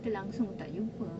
kita langsung tak jumpa